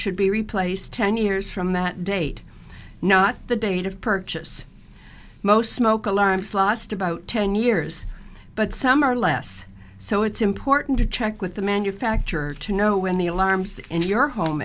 should be replaced ten years from that date not the date of purchase most smoke alarms last about ten years but some are less so it's important to check with the manufacturer to know when the alarms in your home